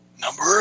Number